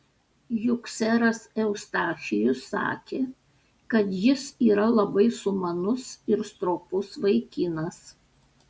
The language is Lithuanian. juk seras eustachijus sakė kad jis yra labai sumanus ir stropus vaikinas